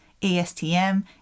ASTM